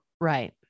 right